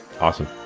Awesome